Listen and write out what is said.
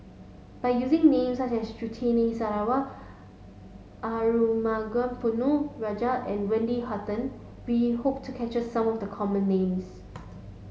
by using names such as Surtini Sarwan Arumugam Ponnu Rajah and Wendy Hutton we hope to capture some of the common names